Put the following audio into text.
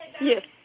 Yes